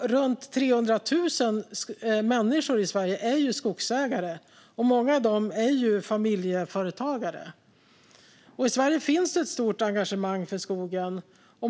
Runt 300 000 människor i Sverige är skogsägare, och många av dem är familjeföretagare. I Sverige finns ett stort engagemang för skogen.